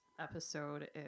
episode